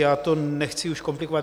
Já to nechci už komplikovat.